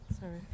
Sorry